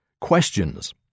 Questions